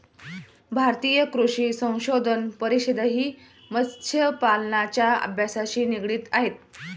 भारतीय कृषी संशोधन परिषदही मत्स्यपालनाच्या अभ्यासाशी निगडित आहे